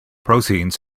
proteins